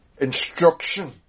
instruction